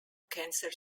cancer